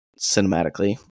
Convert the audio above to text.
cinematically